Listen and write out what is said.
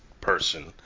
person